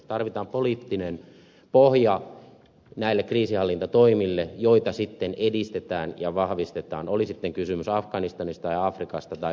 tarvitaan poliittinen pohja näille kriisinhallintatoimille joita sitten edistetään ja vahvistetaan oli sitten kysymys afganistanista tai afrikasta tai balkanista